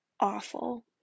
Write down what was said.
awful